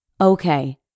Okay